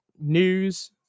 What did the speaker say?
news